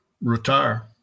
retire